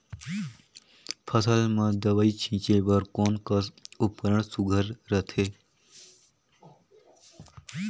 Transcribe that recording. फसल म दव ई छीचे बर कोन कस उपकरण सुघ्घर रथे?